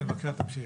בבקשה תמשיך.